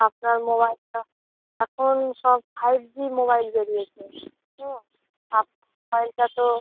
আপনার মোবাইলটা এখন সব ফাইভ জি মোবাইল বেরিয়েছে হুম আপ মোবাইলটা তো